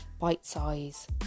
bite-sized